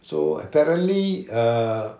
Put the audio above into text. so apparently err